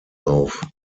auf